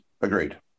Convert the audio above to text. Agreed